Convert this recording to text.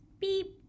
Beep